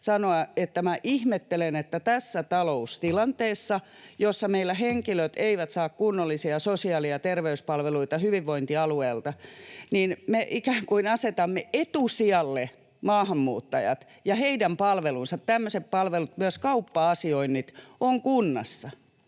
sanoa, että minä ihmettelen, että tässä taloustilanteessa, jossa meillä henkilöt eivät saa kunnollisia sosiaali- ja terveyspalveluita hyvinvointialueilta, me ikään kuin asetamme etusijalle maahanmuuttajat ja heidän palvelunsa, tämmöiset palvelut, myös kauppa-asioinnit, kunnassa.